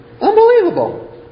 Unbelievable